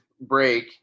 break